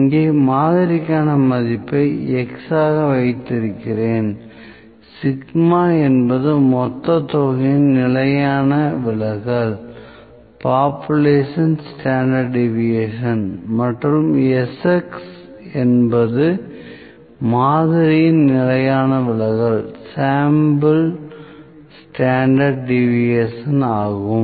இங்கே மாதிரிக்கான மதிப்பை x ஆக வைத்திருக்கிறேன் சிக்மா என்பது மொத்த தொகையின் நிலையான விலகல்populations standard deviation மற்றும் Sx என்பது மாதிரி நிலையான விலகல் ஆகும்